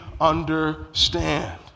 understand